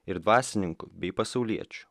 ir dvasininkų bei pasauliečių